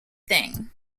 thing